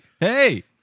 Hey